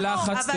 לא ישתתפו.